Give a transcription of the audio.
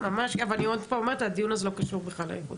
למרות שהדיון הזה לא קשור בכלל לעניין הזה.